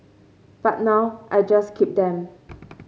but now I just keep them